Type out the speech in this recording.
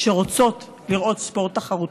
שרוצות לראות ספורט תחרותי.